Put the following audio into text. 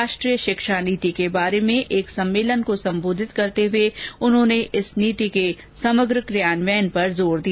राष्ट्रीय शिक्षा नीति के बारे में एक सम्मेलन को संबोधित करते हुए उन्होंने इस नीति के समग्र कार्यान्वयन पर जोर दिया